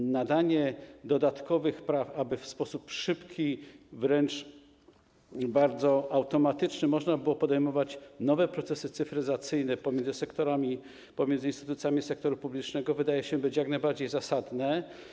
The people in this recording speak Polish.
I nadanie dodatkowych praw, aby w sposób szybki, wręcz bardzo automatyczny można było podejmować nowe procesy cyfryzacyjne pomiędzy sektorami, pomiędzy instytucjami sektora publicznego wydaje się jak najbardziej zasadne.